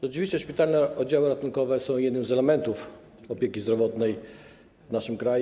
Rzeczywiście szpitalne oddziały ratunkowe są jednym z elementów opieki zdrowotnej w naszym kraju.